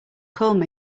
gonna